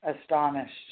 astonished